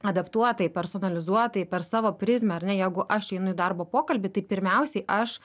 adaptuotai personalizuotai per savo prizmę ar ne jeigu aš einu į darbo pokalbį tai pirmiausiai aš